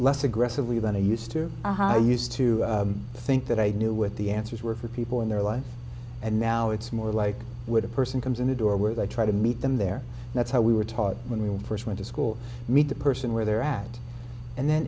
less aggressively than a used to a high used to think that i knew what the answers were for people in their life and now it's more like would a person comes in the door where they try to meet them there that's how we were taught when we first went to school meet the person where they're at and then